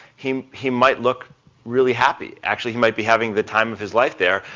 he he might look really happy, actually, he might be having the time of his life there,